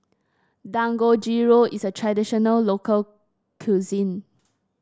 dangojiru is a traditional local cuisine